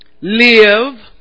live